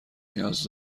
نیاز